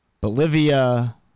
Bolivia